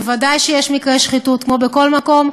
ודאי שיש מקרי שחיתות, כמו בכל מקום,